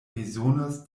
bezonas